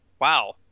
Wow